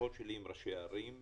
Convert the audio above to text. מהשיחות שלי עם ראשי ערים,